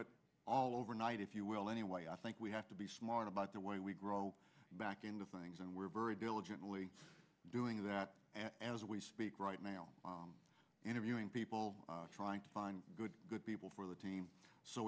it all overnight if you will anyway i think we have to be smart about the way we grow back into things and we're very diligently doing that as we speak right now interviewing people trying to find good good people for the team so